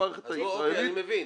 אוקיי, אני מבין,